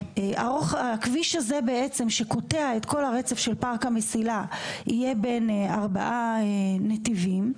הכביש הזה בעצם שקוטע את כל הרצף של פארק המסילה יהיה בן ארבעה נתיבים.